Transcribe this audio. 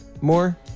more